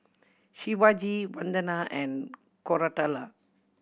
Shivaji Vandana and Koratala